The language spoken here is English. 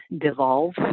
devolve